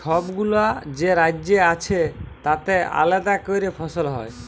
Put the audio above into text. ছবগুলা যে রাজ্য আছে তাতে আলেদা ক্যরে ফসল হ্যয়